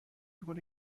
میکنه